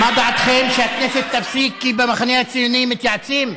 מה דעתכם שהכנסת תפסיק כי במחנה הציוני מתייעצים?